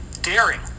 daring